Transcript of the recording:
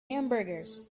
hamburgers